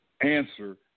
answer